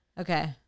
Okay